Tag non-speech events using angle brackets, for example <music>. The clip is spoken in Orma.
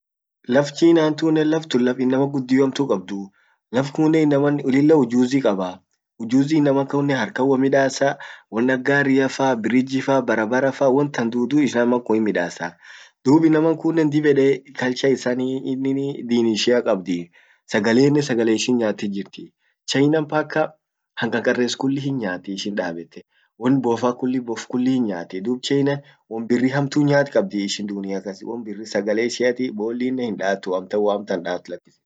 laf china an tunnen laf inama guddio hamtu kabduu. Laf kunen inaman lilla ujuzi kabaa. Ujuzi inaman kunnen harkan wommidassa, wonnak garriafa, bridge afa, barabarafa tan tutu ishia <unintelligible> himmidasa. Dub inaman kunen dib ede culture isa inin <hesitation> dini ishia kabdi, sagalennen sagale ishin nyaatit jirtii. China paka hankarkares kulli hin nyaati ishin dabette, won boffa boff kulli hin nyaati, dub China won birri hamtu nyaat kabdi dunia kas won birri sagale ishiati, bollinen hin daatu waamtan daat lakisi.